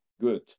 good